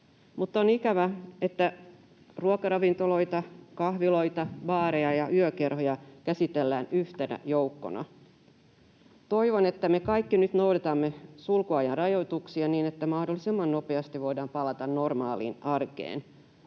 on ikävää, että ruokaravintoloita, kahviloita, baareja ja yökerhoja käsitellään yhtenä joukkona. Toivon, että me kaikki nyt noudatamme sulkua ja rajoituksia, niin että mahdollisimman nopeasti voidaan palata normaaliin arkeen,